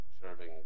serving